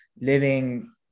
living